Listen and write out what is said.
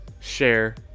Share